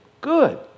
good